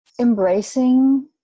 embracing